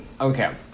Okay